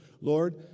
Lord